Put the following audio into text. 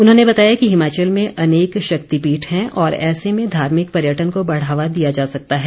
उन्होंने बताया कि हिमाचल में अनेक शक्तिपीठ हैं और ऐसे में धार्मिक पर्यटन को बढ़ावा दिया जा सकता है